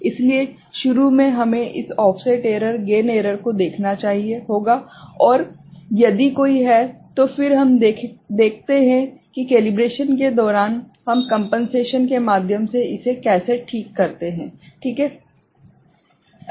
इसलिए शुरू में हमें इस ऑफसेट एरर गेन एरर को देखना होगा और यदि कोई है तो फिर हम देखते हैं कि कैलिब्रेशन के दौरान हम कंपेनसेशन के माध्यम से इसे कैसे ठीक करते हैं ठीक है